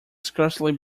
scarcely